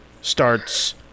starts